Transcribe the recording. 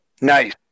Nice